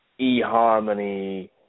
eHarmony